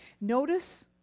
Notice